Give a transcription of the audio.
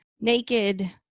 naked